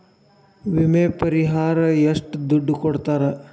ವಿಮೆ ಪರಿಹಾರ ಎಷ್ಟ ದುಡ್ಡ ಕೊಡ್ತಾರ?